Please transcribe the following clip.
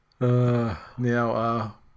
Now